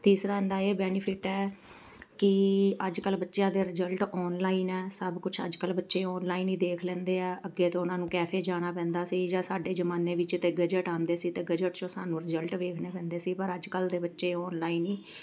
ਤੀਸਰਾ ਆਉਂਦਾ ਇਹ ਬੈਨੀਫਿਟ ਹੈ ਕਿ ਅੱਜ ਕੱਲ੍ਹ ਬੱਚਿਆਂ ਦੇ ਰਿਜ਼ਲਟ ਔਨਲਾਈਨ ਹੈ ਸਭ ਕੁਛ ਅੱਜ ਕੱਲ੍ਹ ਬੱਚੇ ਔਨਲਾਈਨ ਹੀ ਦੇਖ ਲੈਂਦੇ ਆ ਅੱਗੇ ਤਾਂ ਉਹਨਾਂ ਨੂੰ ਕੈਫੇ ਜਾਣਾ ਪੈਂਦਾ ਸੀ ਜਾਂ ਸਾਡੇ ਜ਼ਮਾਨੇ ਵਿੱਚ ਤਾਂ ਗਜ਼ਟ ਆਉਂਦੇ ਸੀ ਅਤੇ ਗਜ਼ਟ 'ਚੋਂ ਸਾਨੂੰ ਰਿਜ਼ਲਟ ਵੇਖਣੇ ਪੈਂਦੇ ਸੀ ਪਰ ਅੱਜ ਕੱਲ੍ਹ ਦੇ ਬੱਚੇ ਔਨਲਾਈਨ ਹੀ